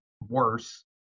worse